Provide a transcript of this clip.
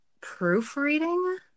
proofreading